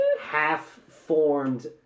half-formed